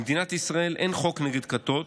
במדינת ישראל אין חוק נגד כתות,